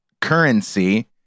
currency